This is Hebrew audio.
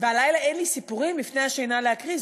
בלילה אין לי סיפורים לפני השינה להקריא.